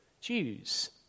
Jews